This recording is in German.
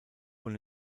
von